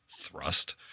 Thrust